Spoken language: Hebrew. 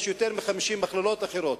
יש יותר מ-50 מכללות אחרות,